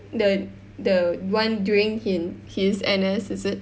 the the one during hin~ his N_S is it